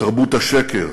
לתרבות השקר,